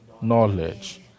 knowledge